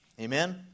Amen